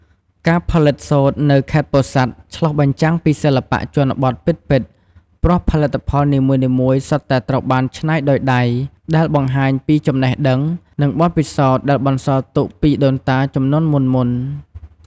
ការផលិតសូត្រនៅខេត្តពោធិ៍សាត់ ឆ្លុះបញ្ចាំងពីសិល្បៈជនបទពិតៗ ព្រោះផលិតផលនីមួយៗសុទ្ធតែត្រូវបានច្នៃដោយដៃ ដែលបង្ហាញពីចំណេះដឹង និងបទពិសោធន៍ដែលបន្សល់ទុកពីដូនតាជំនាន់មុនៗ។